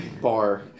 bar